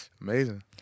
Amazing